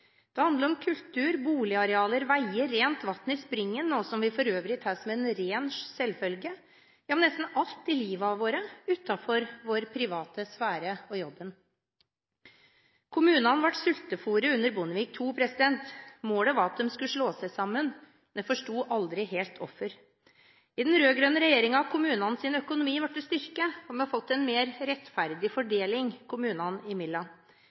Det handler om kultur, boligarealer, veier, rent vann i springen – noe vi for øvrig tar som en ren selvfølge – ja, nesten alt i livene våre utenfor vår private sfære og jobben. Kommunene ble sultefôret under Bondevik II-regjeringen. Målet var at de skulle slå seg sammen, men jeg forsto aldri helt hvorfor. Under den rød-grønne regjeringen har kommunenes økonomi blitt styrket, og vi har fått en mer rettferdig fordeling kommunene imellom. Når kommunene likevel må spare i